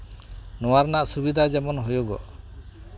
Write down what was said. ᱱᱚᱣᱟ ᱨᱮᱱᱟᱜ ᱥᱩᱵᱤᱫᱷᱟ ᱡᱮᱢᱚᱱ ᱦᱩᱭᱩᱜᱚᱜ